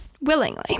willingly